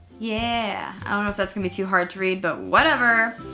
yeah, i don't know if that's gonna be too hard to read but whatever.